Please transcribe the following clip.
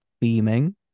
beaming